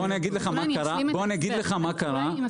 אני אגיד לך מה קרה --- אולי אני